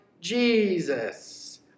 Jesus